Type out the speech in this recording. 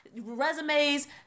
Resumes